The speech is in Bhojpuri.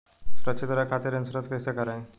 सुरक्षित रहे खातीर इन्शुरन्स कईसे करायी?